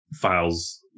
files